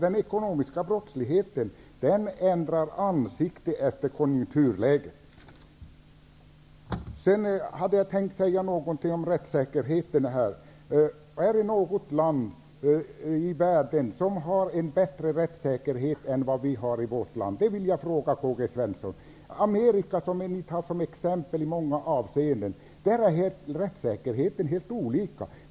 Den ekonomiska brottsligheten ändrar ansikte efter konjunkturläget. Jag vill säga något om rättssäkerheten. Finns det något land i världen som har en större rättssäkerhet än vad vi har i vårt land? Den frågan vill jag rikta till Karl-Gösta Svenson. I Amerika, som ni moderater nämner som exempel i många avseenden, är rättssäkerheten helt olika.